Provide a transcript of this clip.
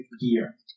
gear